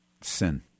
sin